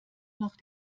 noch